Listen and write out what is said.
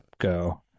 go